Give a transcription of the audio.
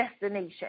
destination